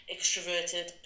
extroverted